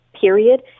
period